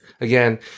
again